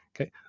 okay